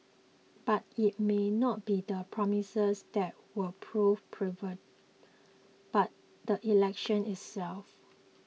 but it may not be the promises that will prove pivotal but the election itself